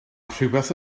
rhywbeth